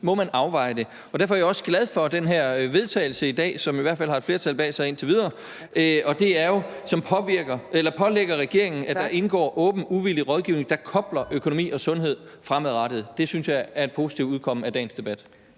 må man afveje det. Og derfor er jeg også glad for det her forslag til vedtagelse i dag, som i hvert fald indtil videre har et flertal bag sig, og som pålægger regeringen, at der indgår åben uvildig rådgivning, der kobler økonomi og sundhed fremadrettet. Det synes jeg er et positivt udkomme af dagens debat.